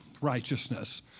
righteousness